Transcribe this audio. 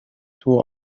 two